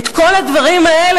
את כל הדברים האלה,